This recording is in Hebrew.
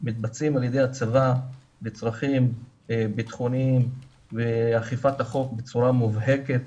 מתבצעים על ידי הצבא לצרכים ביטחוניים ואכיפת החוק בצורה מובהקת,